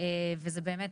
וזה באמת,